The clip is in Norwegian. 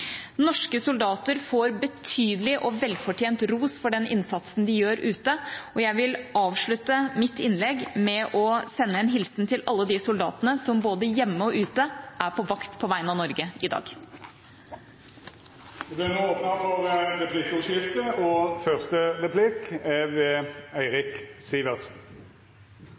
Norske soldater får betydelig og velfortjent ros for den innsatsen de gjør ute. Jeg vil avslutte mitt innlegg med å sende en hilsen til alle de soldatene som både hjemme og ute er på vakt på vegne av Norge i dag. Det vert replikkordskifte. Forsvarsministeren slo fast at vi har tradisjon for kontinuitet i forsvars- og sikkerhetspolitikken, og at i disse urolige tider er